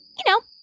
you know,